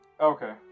Okay